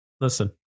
listen